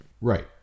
Right